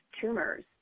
tumors